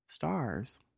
Stars